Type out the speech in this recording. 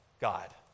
God